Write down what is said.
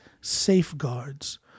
safeguards